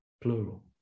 plural